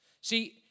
See